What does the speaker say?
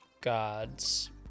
God's